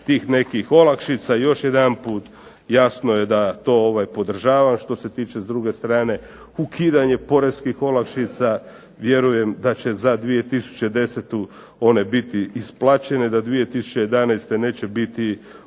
nekih olakšica, još jedanput jasno je da to podržavam što se tiče s druge strane ukidanje poreskih olakšica, vjerujem da će za 2010. one biti isplaćene, da 2011. neće biti